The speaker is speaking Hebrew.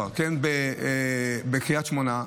הייתי בקריית שמונה,